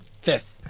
fifth